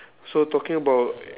so talking about